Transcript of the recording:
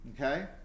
Okay